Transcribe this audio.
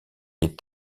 les